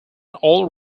all